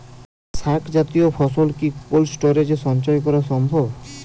শাক জাতীয় ফসল কি কোল্ড স্টোরেজে সঞ্চয় করা সম্ভব?